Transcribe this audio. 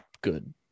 good